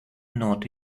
not